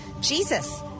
Jesus